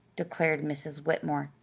declared mrs. whitmore.